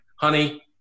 honey